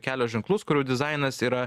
kelio ženklus kurių dizainas yra